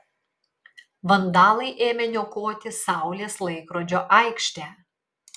vandalai ėmė niokoti saulės laikrodžio aikštę